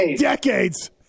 Decades